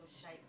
shape